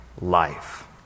life